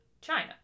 China